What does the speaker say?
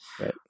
Right